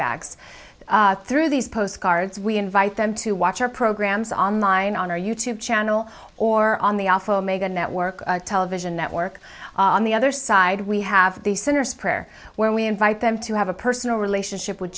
bags through these postcards we invite them to watch our programs online on our you tube channel or on the awful megan network television network on the other side we have the sinner's prayer where we invite them to have a personal relationship with